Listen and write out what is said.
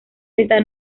está